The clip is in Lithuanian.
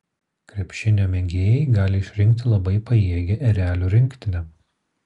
krepšinio mėgėjai gali išrinkti labai pajėgią erelių rinktinę